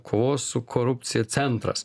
kovos su korupcija centras